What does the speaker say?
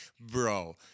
bro